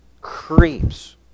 creeps